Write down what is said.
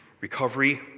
recovery